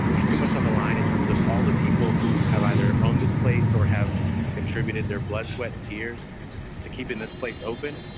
it's too much on the line in terms of all the people who have either owned this place or have contributed their blood, sweat and tears to keeping this place open.